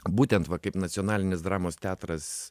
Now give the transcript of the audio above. būtent va kaip nacionalinis dramos teatras